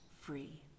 free